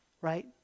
Right